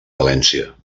valència